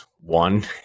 One